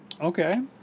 Okay